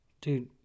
Dude